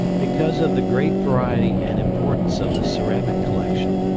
because of the great variety and importance of the ceramic collection,